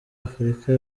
afurika